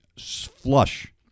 flush